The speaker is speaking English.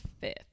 fifth